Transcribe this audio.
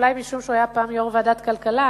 אולי משום שהוא היה פעם יושב-ראש ועדת הכלכלה,